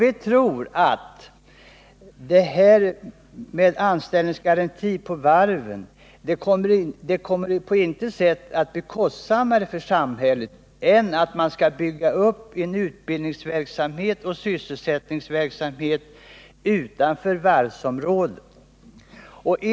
Vi tror inte att en anställningsgaranti vid varven på något sätt kommer att bli kostsammare för samhället än om man skulle bygga upp en utbildningsoch sysselsättningsverksamhet utanför varvsområdet.